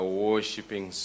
worshipping